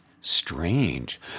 strange